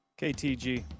KTG